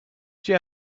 you